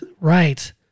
right